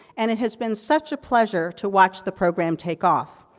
and, it has been such a pleasure to watch the program take off.